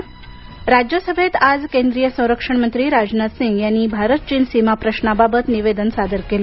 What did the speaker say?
राज्यसभा राजनाथ राज्यसभेत आज केंद्रीय संरक्षण मंत्री राजनाथ सिंग यांनी भारत चीन सीमा प्रशाबाबत निवेदन सादर केल